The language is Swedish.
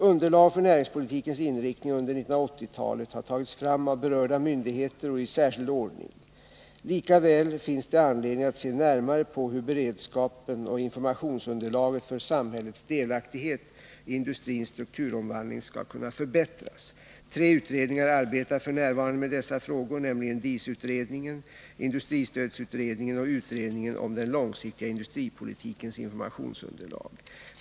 Underlag för näringspolitikens inriktning under 1980-talet har tagits fram av berörda myndigheter och i särskild ordning. Lika väl finns det anledning att se närmare på hur beredskapen och informationsunderlaget för samhällets delaktighet i industrins strukturomvandling skall kunna förbättras. Tre utredningar arbetar f.n. med dessa frågor, nämligen DIS-utredningen , industristödsutredningen och utredningen om den långsiktiga industripolitikens informationsunderlag .